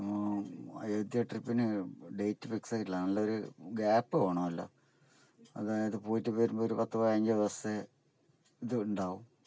അയോദ്ധ്യ ട്രിപ്പിന് date fix ആയിട്ടില്ല നല്ലൊരു ഗ്യാപ്പ് വേണമല്ലോ അതായത് പോയിട്ട് വരുമ്പോൾ ഒര് പത്തോ പതിനഞ്ചോ ദിവസമേ ഇതുണ്ടാവു